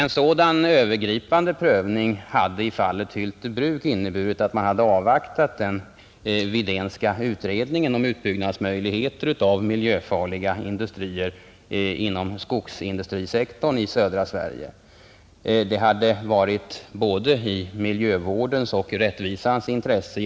En sådan övergripande prövning hade i fallet Hyltebruk inneburit att man avvaktat den Widénska utredningen om utbyggnadsmöjligheter för miljöfarliga industrier inom skogsindustrisektorn i södra Sverige. Det hade varit både i miljövårdens och i rättvisans intresse.